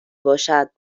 باشد